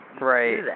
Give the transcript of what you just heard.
Right